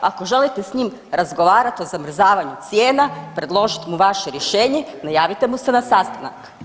Ako želite s njim razgovarati o zamrzavanju cijena, predložit mu vaše rješenje najavite mu se na sastanak.